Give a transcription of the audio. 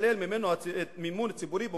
יישלל ממנו המימון הציבורי במוסדות,